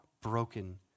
broken